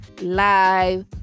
live